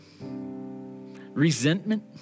resentment